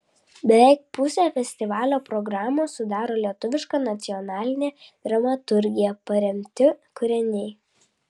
beveik pusę festivalio programos sudaro lietuviška nacionaline dramaturgija paremti kūriniai